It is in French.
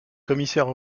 commissaire